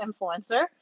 influencer